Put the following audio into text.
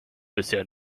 bisher